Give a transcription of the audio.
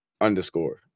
underscore